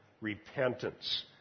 repentance